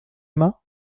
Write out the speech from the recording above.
aima